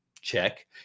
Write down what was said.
check